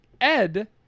Ed